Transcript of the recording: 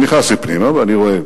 נכנסתי פנימה, ואני רואה